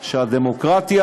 דמוקרטיה,